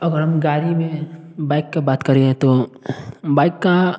अगर हम गाड़ी में बाइक की बात करें तो बाइक का